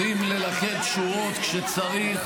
יודעים ללכד שורות כשצריך.